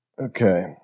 Okay